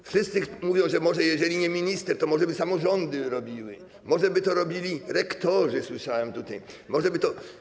Wszyscy mówią, że jeżeli nie minister, to może samorządy by robiły, może by to robili rektorzy - słyszałem tutaj - może by to.